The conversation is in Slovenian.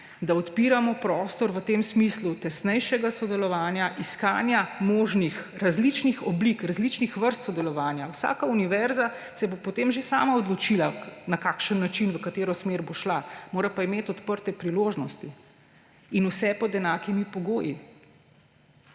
da odpiramo prostor v tem smislu tesnejšega sodelovanja iskanja možnih različnih oblik različnih vrst sodelovanja. Vsaka univerza se bo potem že sama odločila, na kakšen način, v katero smer bo šla, mora pa imeti odprte priložnosti in vse pod enakimi pogoji.